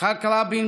יצחק רבין,